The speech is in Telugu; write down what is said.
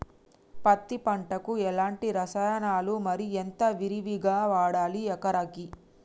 పత్తి పంటకు ఎలాంటి రసాయనాలు మరి ఎంత విరివిగా వాడాలి ఎకరాకి?